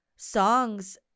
songs